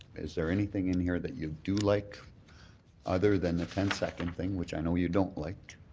is there anything in here that you do like other than the ten second thing which i know you don't like?